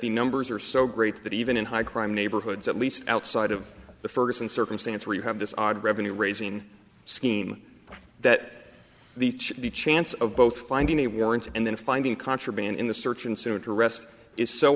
the numbers are so great that even in high crime neighborhoods at least outside of the ferguson circumstance where you have this odd revenue raising scheme that the chance of both finding a warrant and then finding contraband in the search and soon to rest is so